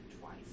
twice